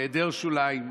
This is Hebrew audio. היעדר שוליים,